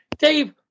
Dave